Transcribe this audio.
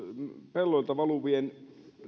pelloilta valuvien